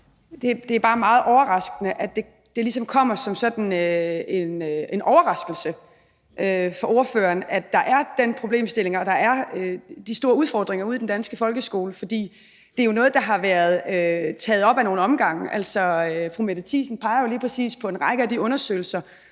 Det er bare meget overraskende, at det ligesom kommer som sådan en overraskelse for ordføreren, at der er den problemstilling, og at der er de store udfordringer ude i den danske folkeskole, fordi det jo er noget, der har været taget op ad nogle omgange. Fru Mette Thiesen peger jo lige præcis på en række af de undersøgelser,